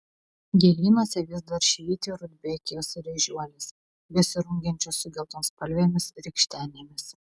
gėlynuose vis dar švyti rudbekijos ir ežiuolės besirungiančios su geltonspalvėmis rykštenėmis